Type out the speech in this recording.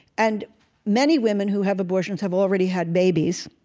and many women who have abortions have already had babies,